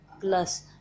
plus